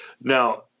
Now